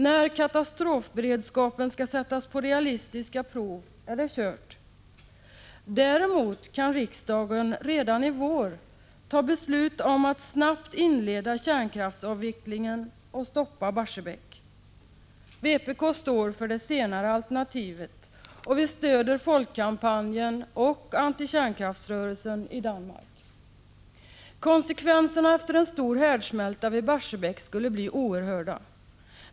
När katastrofberedskapen skall sättas på realistiska prov är det kört. Däremot kan riksdagen redan i vår fatta beslut om att snabbt inleda kärnkraftsavvecklingen och stoppa Barsebäck. Vpk står för det senare alternativet, och vi stöder folkkampanjen och antikärnkraftsrörelsen i Danmark. Konsekvenserna av en stor härdsmälta vid Barsebäck skulle bli oerhörda.